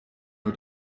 nur